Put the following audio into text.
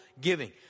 giving